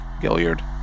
Gilliard